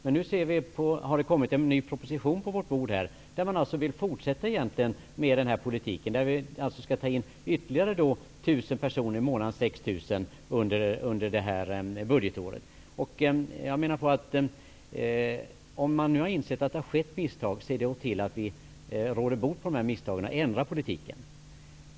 Men nu har det kommit en ny proposition på vårt bord enligt vilken man vill fortsätta med den här politiken: Vi skall alltså ta in ytterligare 1 000 personer i månaden, alltså 6 000 personer under det här budgetåret. Om man nu har insett att det har skett misstag -- se då till att vi råder bot på det och ändrar politiken!